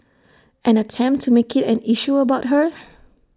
and attempt to make IT an issue about her